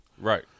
Right